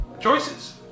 choices